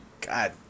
God